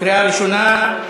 לקריאה ראשונה.